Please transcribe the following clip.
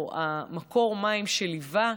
או מקור המים שליווה,